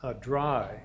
dry